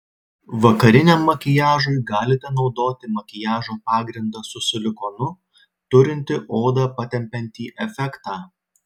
vakariniam makiažui galite naudoti makiažo pagrindą su silikonu turintį odą patempiantį efektą